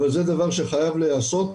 אבל זה דבר שחייב להיעשות,